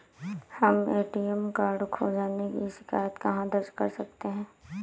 हम ATM card खो जाने की शिकायत कहाँ दर्ज कर सकते हैं?